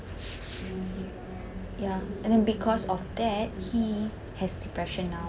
ya and then because of that he has depression now